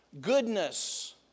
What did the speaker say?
goodness